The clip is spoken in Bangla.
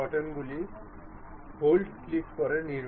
সুতরাং এখানে আমরা এই স্লাইডার ধরনের জিনিস আছে